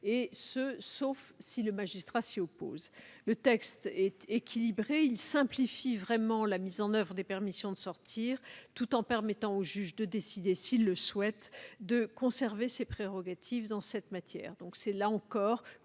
peines, sauf si ce magistrat s'y oppose. Le texte, qui est équilibré, simplifie vraiment la mise en oeuvre des permissions de sortir, tout en permettant au juge de conserver, s'il le souhaite, ses prérogatives en cette matière.